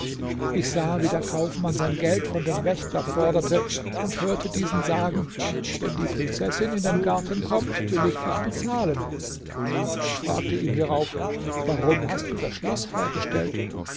ich sah wie der kaufmann sein geld von dem wächter forderte und hörte diesen sagen wenn die prinzessin in den garten kommt will ich dich bezahlen ich fragte ihn hierauf warum hast du das schloß hergestellt